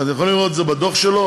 ואתם יכולים לראות את זה בדוח שלו.